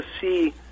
see